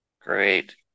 Great